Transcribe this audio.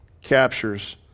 captures